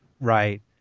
Right